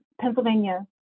Pennsylvania